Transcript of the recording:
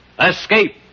Escape